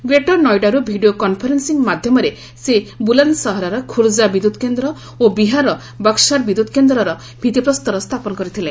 greater ନୋଇଡାରୁ video conferencing ମାଧ୍ୟମରେ ସେ ବୁଲନ୍ଦସହରର ଖୁର୍ଜା ବିଦ୍ୟୁତ୍ କେନ୍ଦ୍ର ଓ ବିହାରର ବକ୍ଷାର୍ ବିଦ୍ୟୁତ୍ କେନ୍ଦ୍ରରର ଭିଭିପ୍ରସ୍ତର ସ୍ଥାପନ କରିଥିଲେ